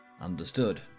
understood